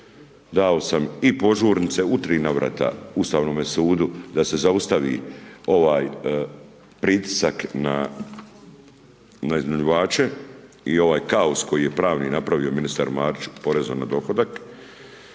dao sam i požurnice u tri navrata Ustavnome sudu da se zaustavi ovaj pritisak na iznajmljivače i ovaj kaos koji je pravni napravio ministar Marić u porezu na dohodak.